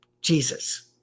Jesus